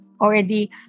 already